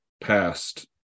past